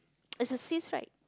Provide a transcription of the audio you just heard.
it's a cyst right